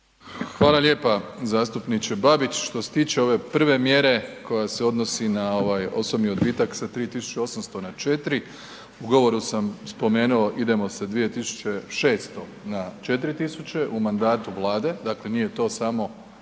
Hvala lijepa zastupniče Babić, što se tiče ove prve mjere koja se odnosi na ovaj osobni odbitak sa 3.800 na 4.000 u govoru sam spomenuo idemo sa 2.600 na 4.000 u mandatu Vlade, dakle nije to samo